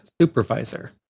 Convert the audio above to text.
supervisor